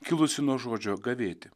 kilusi nuo žodžio gavėti